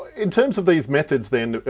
in terms of these methods then,